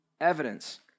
evidence